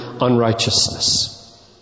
unrighteousness